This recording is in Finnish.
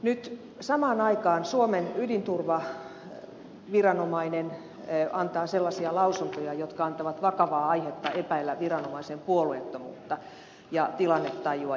nyt samaan aikaan suomen ydinturvaviranomainen antaa sellaisia lausuntoja jotka antavat vakavaa aihetta epäillä viranomaisen puolueettomuutta ja tilannetajua